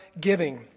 giving